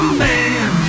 man